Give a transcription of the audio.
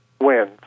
wins